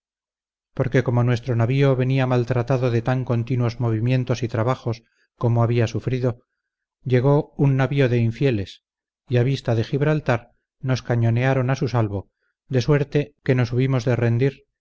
porque como nuestro navío venía maltratado de tan continuos movimientos y trabajos como había sufrido llegó un navío de infieles y a vista de gibraltar nos cañonearon a su salvo de suerte que nos hubimos de rendir